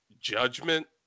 Judgment